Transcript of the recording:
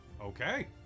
Okay